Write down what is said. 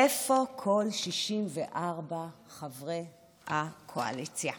איפה כל 64 חברי הקואליציה?